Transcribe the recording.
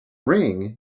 ring